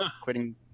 quitting